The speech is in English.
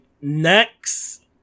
next